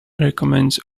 recommends